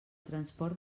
transport